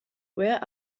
where